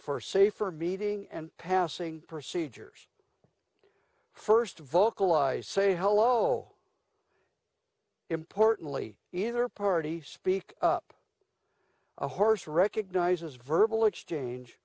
for say for beating and passing procedures first vocalize say hello importantly either party speak up a horse recognizes verbal exchange